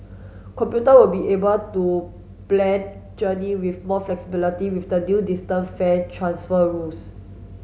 computer will be able to plan journey with more flexibility with the new distance fare transfer rules